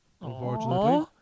unfortunately